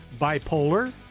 bipolar